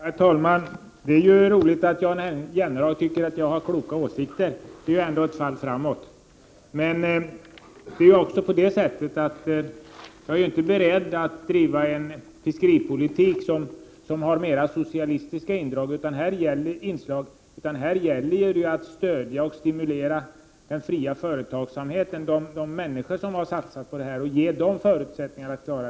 Herr talman! Det är roligt att Jan Jennehag tycker att jag har kloka åsikter. Det är ett fall framåt. Jag är inte beredd att driva en fiskeripolitik som har mera socialistiska inslag. Här gäller det att stödja och stimulera den fria företagsamheten och ge de människor som har satsat på fiske bättre förutsättningar.